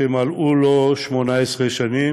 שמלאו לו 18 שנים,